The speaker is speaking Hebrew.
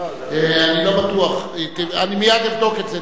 אני לא בטוח, אני מייד אבדוק את זה.